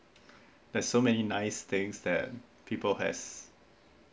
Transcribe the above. there's so many nice things that people has